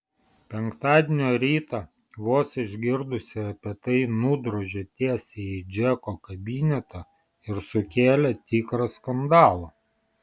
penktadienio rytą vos išgirdusi apie tai nudrožė tiesiai į džeko kabinetą ir sukėlė tikrą skandalą